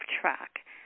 track